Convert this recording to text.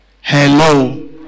Hello